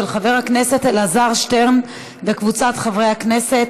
של חבר הכנסת אלעזר שטרן וקבוצת חברי הכנסת.